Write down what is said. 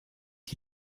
die